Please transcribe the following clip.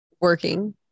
working